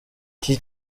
iki